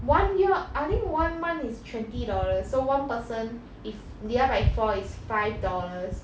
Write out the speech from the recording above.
one year I think one month is twenty dollars so one person if divide by four is five dollars